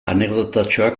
anekdotatxoa